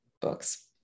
books